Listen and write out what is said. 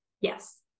Yes